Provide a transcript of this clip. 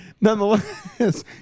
nonetheless